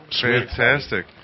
Fantastic